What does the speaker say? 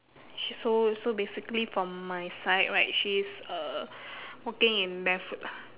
she's so so basically from my side right she is uh walking in barefoot lah